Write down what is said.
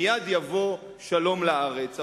מייד יבוא שלום לארץ.